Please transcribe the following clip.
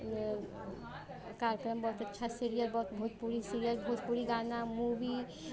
कार्यक्रम बहुत अच्छा सीरियल है भोजपुरी सीरीअल भोजपुरी गाना